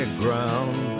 ground